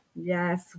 Yes